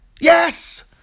Yes